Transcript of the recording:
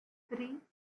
three